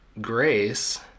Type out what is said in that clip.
grace